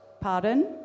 Pardon